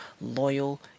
loyal